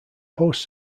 post